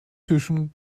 tischen